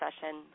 session